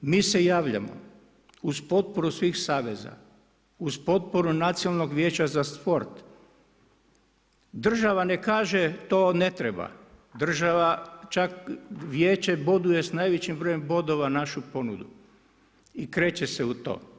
Mi se javljamo uz potporu svih saveza, uz potporu Nacionalnog vijeća za sport, država ne kaže to ne treba, država čak vijeće boduje s najvećim brojem bodova našu ponudu i kreće se u to.